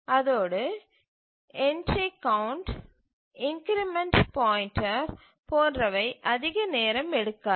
அதோடு entry count increment pointer போன்றவை அதிக நேரம் எடுக்காது